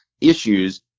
issues